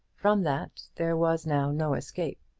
from that there was now no escape.